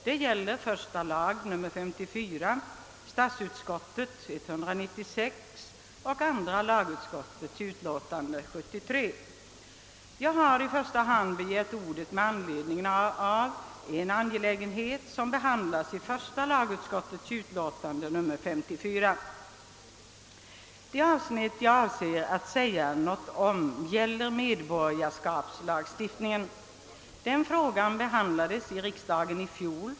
Det gäller första lagutskottets utlåtande nr 54, statsutskottets utlåtande nr 196 och andra lagutskottets utlåtande nr 73. Jag har begärt ordet i första hand med anledning av en angelägenhet som behandlas i första lagutskottets utlåtande nr 54. Det avsnitt jag avser att anföra synpunkter på gäller medborgarskapslagstiftningen. Den frågan behandlades av riksdagen i fjol.